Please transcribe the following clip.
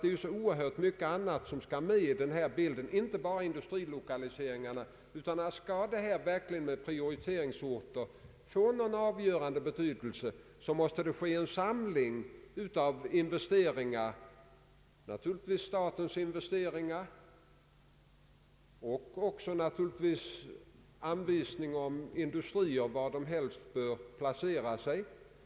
Det är så mycket annat som skall med i bilden, inte bara industrilokaliseringarna, Skall systemet med prioriteringsorter verkligen få någon avgörande betydelse, måste det bli en samling av investeringar, både statliga och andra investeringar. Det måste ges anvisning om var industrier helst bör placeras.